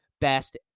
best